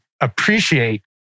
appreciate